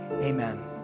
Amen